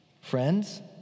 Friends